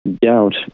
doubt